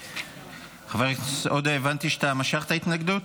חבר הכנסת עודה, הבנתי שמשכת את ההתנגדות?